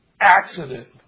accident